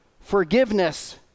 forgiveness